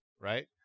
right